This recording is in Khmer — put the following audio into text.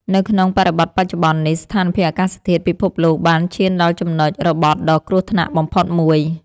នៅក្នុងបរិបទបច្ចុប្បន្ននេះ ស្ថានភាពអាកាសធាតុពិភពលោកបានឈានដល់ចំណុចរបត់ដ៏គ្រោះថ្នាក់បំផុតមួយ។